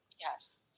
Yes